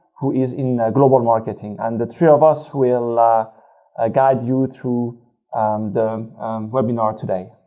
who is in global marketing. and the three of us will ah ah guide you through the webinar today.